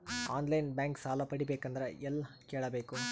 On line bank ಸಾಲ ಪಡಿಬೇಕಂದರ ಎಲ್ಲ ಕೇಳಬೇಕು?